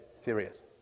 serious